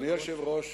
אדוני היושב-ראש,